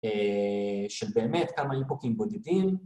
‫שבאמת כמה אינפוטים בודדים.